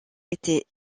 était